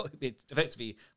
effectively